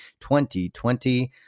2020